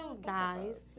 guys